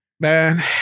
man